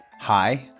hi